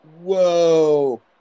whoa